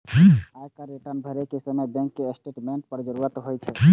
आयकर रिटर्न भरै के समय बैंक स्टेटमेंटक जरूरत होइ छै